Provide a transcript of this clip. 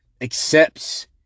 Accepts